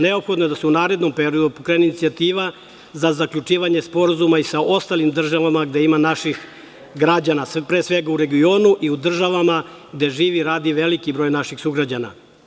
Neophodno je da se u narednom periodu pokrene inicijativa za zaključivanje sporazuma i sa ostalim državama gde ima naših građana, pre svega u regionu i u državama gde živi i radi veliki broj naših sugrađana.